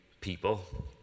people